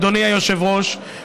אדוני היושב-ראש,